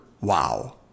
wow